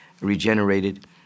regenerated